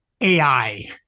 ai